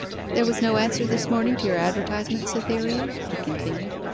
there was no answer this morning to your advertisement, cytherea he continued.